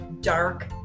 dark